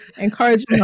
encourage